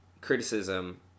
criticism